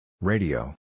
Radio